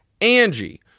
Angie